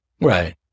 Right